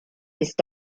ist